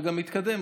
וגם מתקדם,